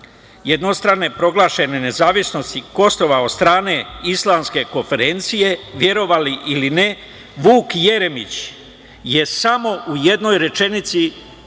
jednostrane proglašene nezavisnosti Kosova od strane Islamske konferencije, verovali ili ne, Vuk Jeremić je samo u jednoj rečenici uputio